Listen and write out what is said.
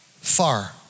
far